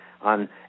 on